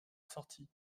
sortie